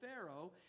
Pharaoh